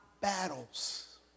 battles